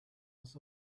was